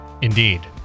Indeed